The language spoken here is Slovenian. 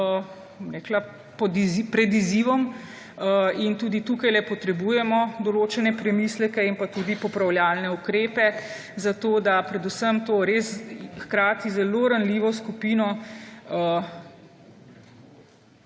pred izzivom. In tudi tukajle potrebujemo določene premisleke in pa tudi popravljalne ukrepe, zato da predvsem to res hkrati zelo ranljivo skupino